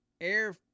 air